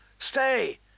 Stay